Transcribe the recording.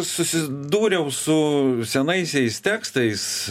susidūriau su senaisiais tekstais